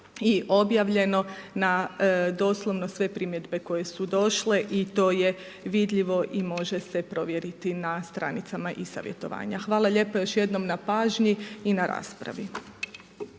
i objavljeno na doslovno sve primjedbe koje su došle i to je vidljivo i može se provjeriti na str. i-savjetovanja. Hvala lijepo još jednom na pažnji i na raspravi.